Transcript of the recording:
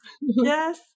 Yes